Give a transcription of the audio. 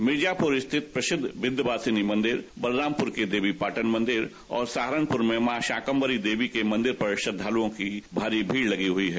मिर्जापुर स्थित प्रसिद्ध विंध्यवासिनी मंदिर बलरामपुर के देवी पाटन मंदिर और सहारनपुर में मां शाकंभरी देवी के मंदिर पर श्रद्धालुओं की भारी भीड़ लगी हुई है